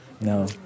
No